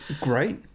Great